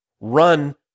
run